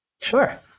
Sure